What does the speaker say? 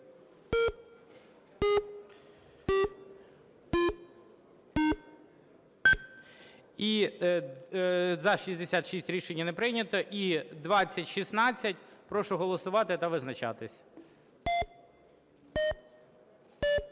За-66 Рішення не прийнято. І, 2016. Прошу голосувати та визначатись. 12:41:20